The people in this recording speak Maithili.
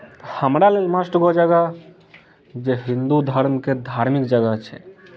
हमरा लेल मस्ट गो जगह जे हिंदू धर्मके धार्मिक जगह छै